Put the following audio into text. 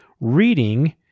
reading